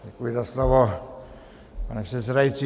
Děkuji za slovo, pane předsedající.